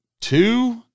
two